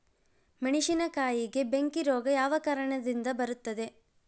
ಮೆಣಸಿನಕಾಯಿಗೆ ಬೆಂಕಿ ರೋಗ ಯಾವ ಕಾರಣದಿಂದ ಬರುತ್ತದೆ?